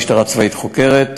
משטרה צבאית חוקרת,